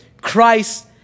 Christ